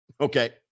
Okay